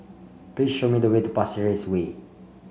please show me the way to Pasir Ris Way